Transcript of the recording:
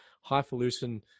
highfalutin